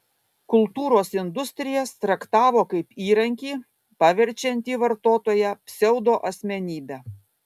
kultūros industrijas traktavo kaip įrankį paverčiantį vartotoją pseudoasmenybe